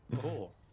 Cool